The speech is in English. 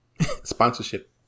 Sponsorship